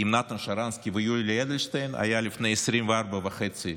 עם נתן שרנסקי ויולי אדלשטיין הייתה לפני 24 שנים וחצי,